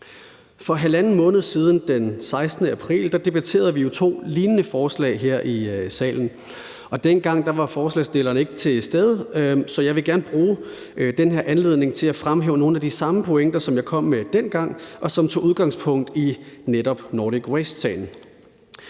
For halvanden måned siden, den 16. april, debatterede vi jo to lignende forslag her i salen, og dengang var forslagsstilleren ikke til stede, så jeg vil gerne bruge den her anledning til at fremhæve nogle af de samme pointer, som jeg kom med dengang, og som netop tog udgangspunkt i Nordic Waste-sagen.